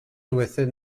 within